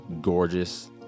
gorgeous